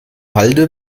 halde